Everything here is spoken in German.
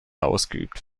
ausgeübt